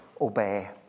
obey